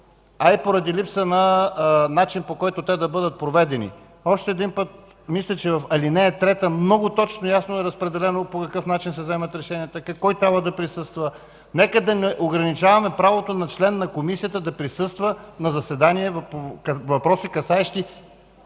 а и поради липса на начин, по който те да бъдат проведени. Мисля, че в ал. 3 много точно и ясно е разпределено по какъв начин се вземат решенията, кой трябва да присъства. Нека да не ограничаваме правото на член на Комисията да присъства на заседание по въпроси, касаещи